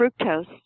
fructose